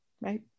right